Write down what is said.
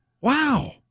Wow